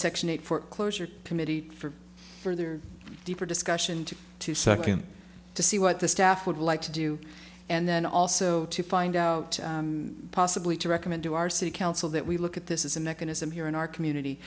section eight for closure committee for further deeper discussion to two second to see what the staff would like to do and then also to find out possibly to recommend to our city council that we look at this is a mechanism here in our community